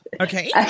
okay